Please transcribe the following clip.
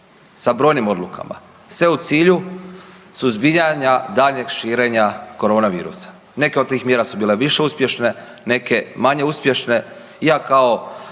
sa brojnim odlukama, sve u cilju suzbijanja daljnjeg širenja korona virusa. Neke od tih mjera su bile više uspješne, neka manje uspješe. Ja kao